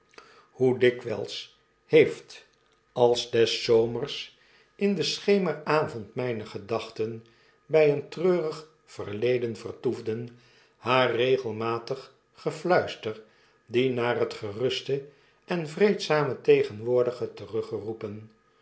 hoe dikwyls heeft als des zomers in den schermeravond myne gedachten by een treurig verleden vertoefden haar regelmatig gefluister die naar het geruste en vreedzame tegenwoordige